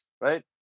right